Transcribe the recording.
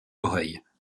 breuil